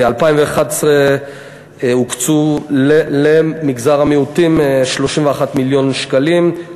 ב-2011 הוקצו למגזר המיעוטים 31 מיליון שקלים,